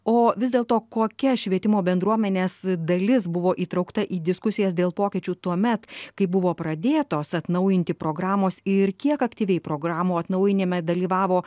o vis dėlto kokia švietimo bendruomenės dalis buvo įtraukta į diskusijas dėl pokyčių tuomet kai buvo pradėtos atnaujinti programos ir kiek aktyviai programų atnaujinime dalyvavo